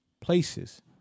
places